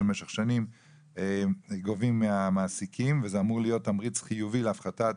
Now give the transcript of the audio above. שבמשך שנים גובים מהמעסיקים וזה אמור להיות תמריץ חיובי להפחתת